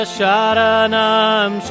Sharanam